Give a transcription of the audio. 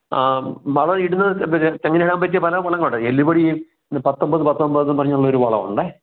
അ വളം ഇടുന്നത് തെങ്ങിനിടാൻ പറ്റിയ പല വളങ്ങളുമുണ്ട് എല്ലുപൊടി പത്തൊമ്പത് പത്തൊമ്പത് പറഞ്ഞുള്ള ഒരു വളമുണ്ട്